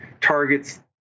Target's